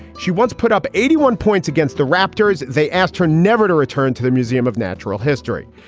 she once put up eighty one points against the raptors. they asked her never to return to the museum of natural history.